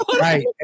Right